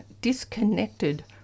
disconnected